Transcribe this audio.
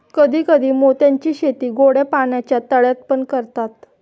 कधी कधी मोत्यांची शेती गोड्या पाण्याच्या तळ्यात पण करतात